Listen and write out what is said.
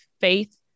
faith